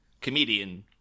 comedian